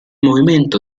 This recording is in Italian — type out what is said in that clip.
movimento